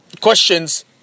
questions